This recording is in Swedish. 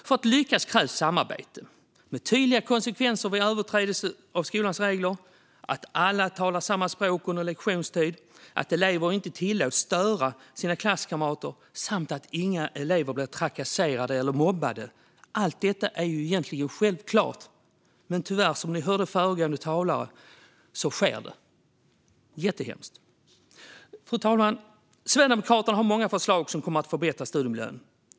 För att lyckas krävs samarbete med tydliga konsekvenser vid överträdelser av skolans regler, att alla talar samma språk under lektionstid, att elever inte tillåts störa sina klasskamrater samt att inga elever blir trakasserade eller mobbade. Allt detta är egentligen självklart, men som ni hörde av föregående talare sker detta. Det är jättehemskt. Fru talman! Sverigedemokraterna har många förslag som kommer att förbättra studiemiljön.